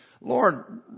Lord